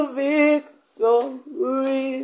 victory